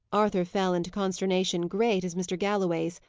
arthur fell into consternation great as mr. galloway's,